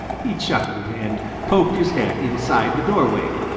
he chuckled, and poked his head inside the doorway.